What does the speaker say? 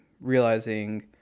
realizing